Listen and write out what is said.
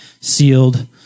sealed